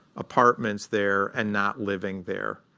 apartments there and not living there.